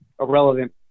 irrelevant